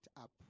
up